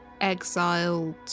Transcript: exiled